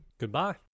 Goodbye